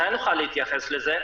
סליחה, אך מתי נוכל להתייחס לזה?